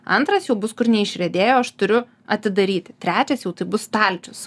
antras jau bus kur neišriedėjo aš turiu atidaryti trečias jau tai bus stalčius